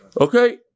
okay